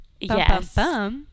Yes